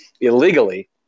illegally